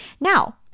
Now